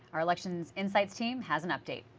our elections inside team has an update.